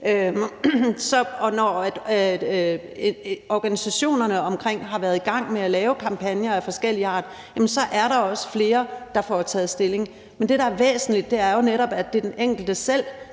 og når organisationerne omkring har været i gang med at lave kampagner af forskellig art, så er der også flere, der får taget stilling. Men det, der er væsentligt, er jo netop, at det er den enkelte selv,